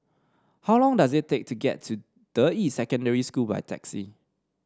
how long does it take to get to Deyi Secondary School by taxi